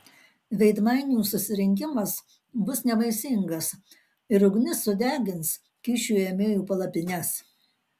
veidmainių susirinkimas bus nevaisingas ir ugnis sudegins kyšių ėmėjų palapines